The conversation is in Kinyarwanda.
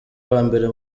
uwambere